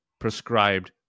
Prescribed